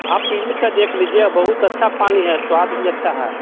हाँ पी के देख लीजिए बहुत अच्छा पानी है स्वाद भी अच्छा है